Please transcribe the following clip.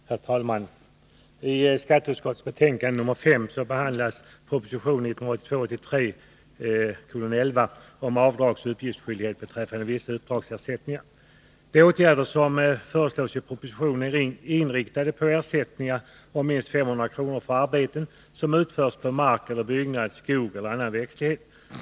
Herr talman! I skatteutskottets betänkande 5 behandlas propositionen 1982/83:11 om avdragsoch uppgiftsskyldighet beträffande vissa uppdragsersättningar. De åtgärder som föreslås i propositionen är inriktade på ersättningar om minst 500 kr. för arbete som utförs på mark, byggnad, skog eller annan växtlighet.